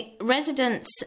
residents